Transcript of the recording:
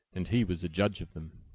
and he was a judge of them!